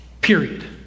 Period